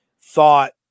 thought